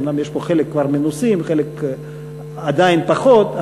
אומנם יש פה חלק כבר מנוסים וחלק עדיין פחות,